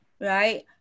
right